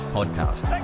podcast